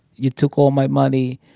you took all my money.